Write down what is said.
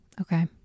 Okay